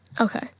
Okay